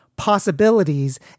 possibilities